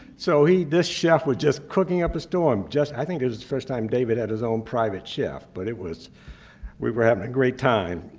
so this chef was just cooking up a storm. just, i think it was the first time david had his own private chef, but it was we were having great time.